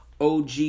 OG